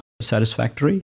satisfactory